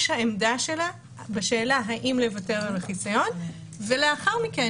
העמדה שלה בשאלה האם לוותר על החיסיון ולאחר מכן,